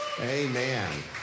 Amen